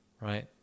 right